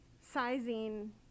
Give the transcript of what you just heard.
sizing